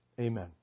Amen